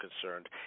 concerned